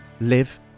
live